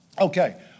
Okay